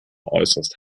äußerst